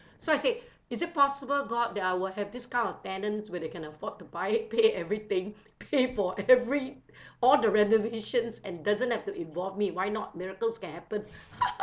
so I said is it possible god that I will have these kind of tenants where they can afford to buy pay everything pay for every all the renovations and doesn't have to involve me why not miracles can happen